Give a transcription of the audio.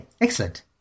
excellent